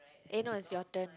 eh no is your turn